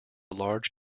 large